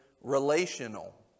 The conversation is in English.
relational